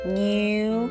new